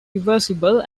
reversible